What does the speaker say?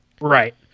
right